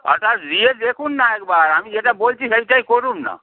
ওটা দিয়ে দেখুন না একবার আমি যেটা বলছি সেটাই করুন না